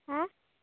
ହଁ